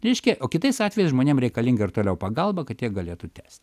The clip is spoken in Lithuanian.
reiškia o kitais atvejais žmonėm reikalinga ir toliau pagalba kad jie galėtų tęst